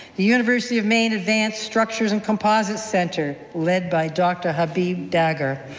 the university of maine advanced structures and composites center, led by dr. habib dagher,